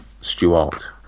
Stuart